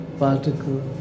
particle